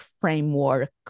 framework